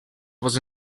was